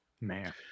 Man